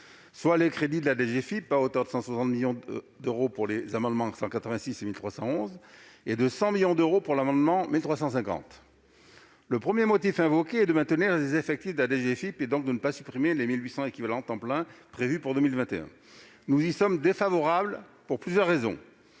156, relatif à la DGFiP, à hauteur de 160 millions d'euros pour les amendements n II-186 et II-1311, et de 100 millions d'euros pour l'amendement n° II-1350. Le premier motif invoqué est de maintenir les effectifs de la DGFiP, et donc de ne pas supprimer les 1 800 équivalents temps plein prévus pour 2021. Nous y sommes défavorables, pour plusieurs raisons.